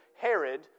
Herod